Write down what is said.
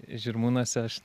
žirmūnuose aš